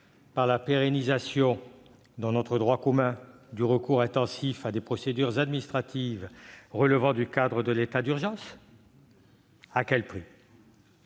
par la pérennisation, dans notre droit commun, du recours intensif à des procédures administratives relevant du cadre de l'état d'urgence ? À quel prix,